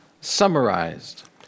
summarized